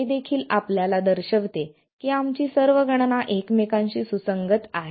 हे देखील आपल्याला दर्शविते की आमची सर्व गणना एकमेकांशी सुसंगत आहे